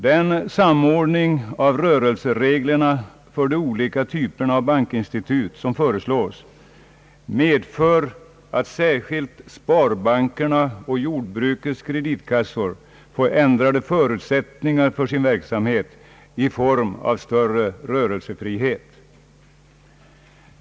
Den samordning av rörelsereglerna för de olika typerna av bankinstitut som föreslås medför att särskilt sparbankerna och jordbrukets kreditkassor får ändrade förutsättningar för sin verksamhet i form av större rörelsefrihet.